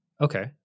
Okay